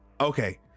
Okay